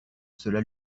cela